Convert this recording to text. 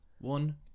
One